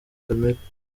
kamere